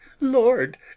lord